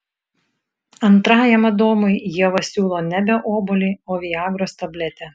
antrajam adomui ieva siūlo nebe obuolį o viagros tabletę